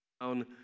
down